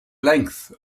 length